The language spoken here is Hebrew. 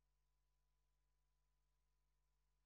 ישראל,